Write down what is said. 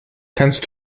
kannst